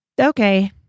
Okay